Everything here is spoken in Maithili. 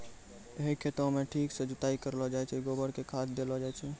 है खेतों म ठीक सॅ जुताई करलो जाय छै, गोबर कॅ खाद देलो जाय छै